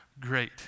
great